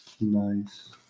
Nice